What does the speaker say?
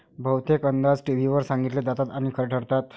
बहुतेक अंदाज टीव्हीवर सांगितले जातात आणि खरे ठरतात